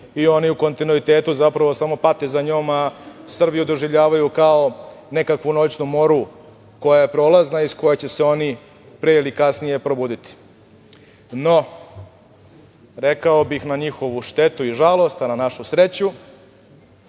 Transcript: i oni u kontinuitetu zapravo samo pate za njom, a Srbiju doživljavaju kao neku noćnu moru koja je prolazna i iz koje će se oni pre ili kasnije probuditi.No, rekao bih, na njihovu štetu i žalost, a na našu sreću,